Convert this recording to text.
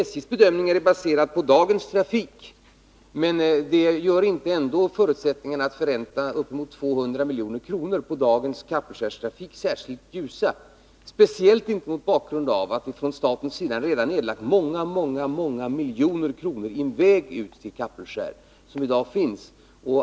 SJ:s bedömningar när det gäller Kapellskär är alltså baserade på dagens trafik, och utsikterna att förränta uppemot 200 milj.kr. i dagens Kapellskärstrafik är inte särskilt ljusa, speciellt inte mot bakgrund av att staten redan nedlagt oerhört många miljoner kronor på den väg ut till Kapellskär som i dag finns.